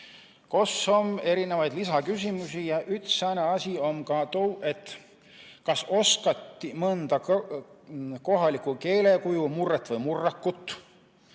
kos om erinevaid lisäküsümüisi ja üts sääne asi om ka tuu, et kas oskati mõnda kohalikku keelekuju, murrõt vai murrakut,